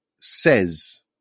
says